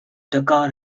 dakar